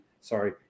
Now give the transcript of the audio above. Sorry